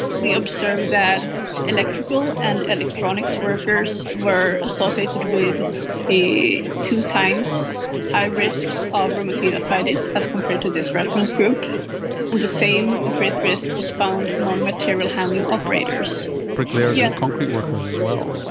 we observed that electrical and electronics workers were associated with a two times higher risk of rheumatoid arthritis as compared to this reference group. and the same increased risk was found among material handling operators. bricklayers and concrete workers as well.